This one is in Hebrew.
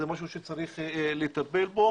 זה משהו שצריך לטפל בו.